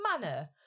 manner